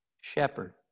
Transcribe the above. shepherd